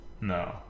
No